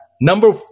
Number